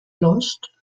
lost